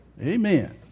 Amen